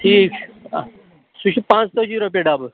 ٹھیٖک چھُ سُہ چھِ پانٛژھ تٲجی رۄپیہٕ ڈَبہٕ